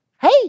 Hey